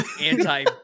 Anti